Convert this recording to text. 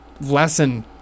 lesson